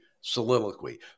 soliloquy